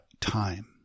time